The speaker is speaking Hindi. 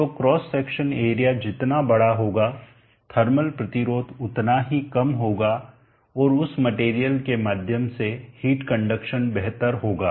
तो क्रॉस सेक्शन एरिया जितना बड़ा होगा थर्मल प्रतिरोध उतना ही कम होगा और उस मटेरियल के माध्यम से हिट कंडक्शन बेहतर होगा